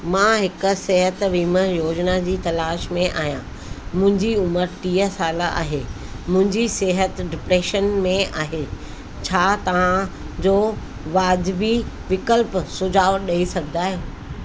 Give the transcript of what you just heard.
मां हिकु सिहत वीमो योजना जी तलाश में आहियां मुंहिंजी उमिरि साल टीह साल आहे मुंहिंजी सिहत डिप्रैशन आहे छा था जो वाजिबी विकल्प सुझाव ॾेई सघंदा आहियो